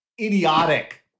idiotic